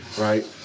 Right